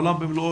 עולם ומלואו,